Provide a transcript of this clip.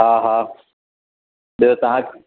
हा हा ॿियो तव्हां